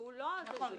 פה הוא לא מפר.